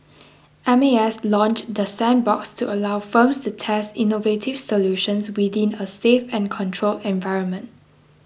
M A S launched the sandbox to allow firms to test innovative solutions within a safe and controlled environment